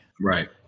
Right